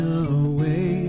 away